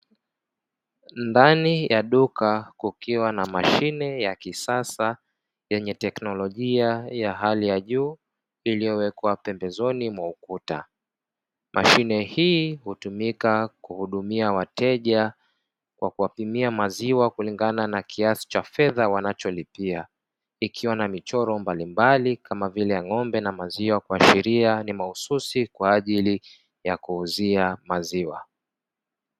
Ndani ya duka kukiwa na mashine ya kisasa yenye teknolojia ya hali ya juu, iliyowekwa pembezoni mwa ukuta mashine hii hutumika kuhudumia wateja kwa kuwapimia maziwa kulingana na kiasi cha fedha wanacholipia, ikiwa na michoro mbalimbali kama vile ng'ombe na maziwa kuashiria ni mahususi kwa ajili ya kuuzia maziwa.